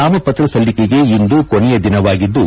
ನಾಮಪತ್ರ ಸಲ್ಲಿಕೆಗೆ ಇಂದು ಕೊನೆಯ ದಿನವಾಗಿದ್ದು